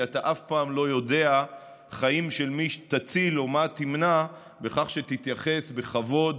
כי אתה אף פעם לא יודע חיים של מי תציל או מה תמנע בכך שתתייחס בכבוד